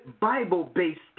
Bible-based